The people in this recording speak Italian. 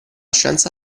scienza